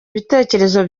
ibitekerezo